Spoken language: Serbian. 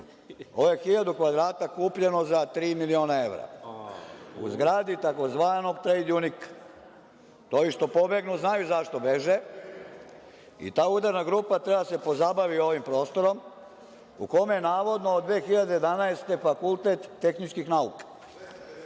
ovo je hiljadu kvadrata kupljeno za tri miliona evra, u zgradi tzv. „Trejd junik“. To ovi što pobegnu znaju zašto beže. Ta udarna grupa treba da se pozabavi ovim prostorom u kome je navodno od 2011. fakultet tehničkih nauka,